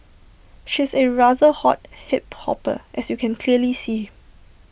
she's A rather hot hip hopper as you can clearly see